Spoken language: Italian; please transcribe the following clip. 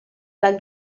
dal